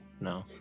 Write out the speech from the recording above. No